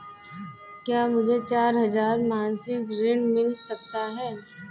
क्या मुझे चार हजार मासिक ऋण मिल सकता है?